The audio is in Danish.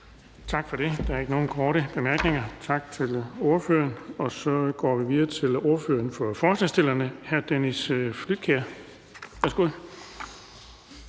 Tak for det. Der er ikke nogen korte bemærkninger. Tak til ordføreren. Så går vi videre til ordføreren for forslagsstillerne, hr. Dennis Flydtkjær. Værsgo.